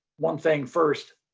one thing first.